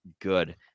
good